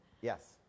Yes